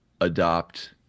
adopt